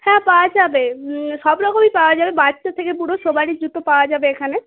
হ্যাঁ পাওয়া যাবে সবরকমই পাওয়া যাবে বাচ্চা থেকে বুড়ো সবারই জুতো পাওয়া যাবে এখানে